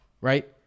right